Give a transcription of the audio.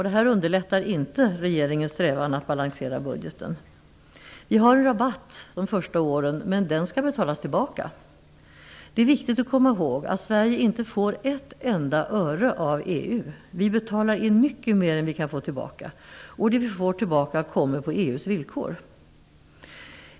Det underlättar inte regeringens strävan att balansera budgeten. Vi har en rabatt de första åren, men den skall betalas tillbaka. Det är viktigt att komma ihåg att Sverige inte får ett enda öre av EU. Vi betalar in mycket mer än vi kan få tillbaka. Och det vi får tillbaka kommer på EU:s villkor.